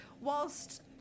whilst